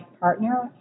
partner